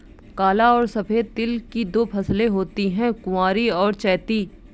काला और सफेद तिल की दो फसलें होती है कुवारी और चैती